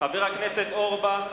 חבר הכנסת אורבך,